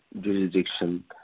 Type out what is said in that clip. jurisdiction